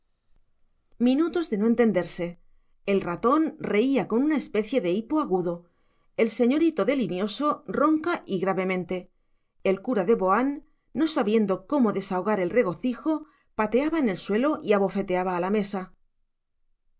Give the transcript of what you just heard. minutos de no entenderse el ratón reía con una especie de hipo agudo el señorito de limioso ronca y gravemente el cura de boán no sabiendo cómo desahogar el regocijo pateaba en el suelo y abofeteaba a la mesa